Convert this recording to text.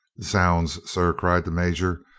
zounds, sir, cried the major,